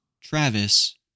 Travis